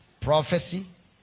prophecy